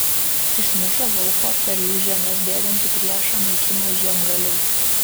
iš mūšio lauko per jų žemes bėgantį priešą naikino žiemgaliai